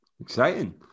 Exciting